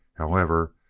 however,